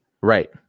Right